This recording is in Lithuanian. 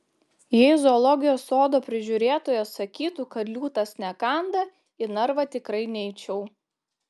jei zoologijos sodo prižiūrėtojas sakytų kad liūtas nekanda į narvą tikrai neičiau